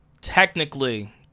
technically